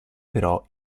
però